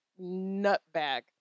nutbag